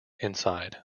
inside